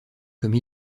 comme